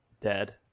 dead